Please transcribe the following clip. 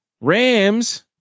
Rams